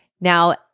Now